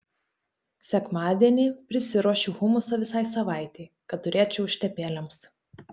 sekmadienį prisiruošiu humuso visai savaitei kad turėčiau užtepėlėms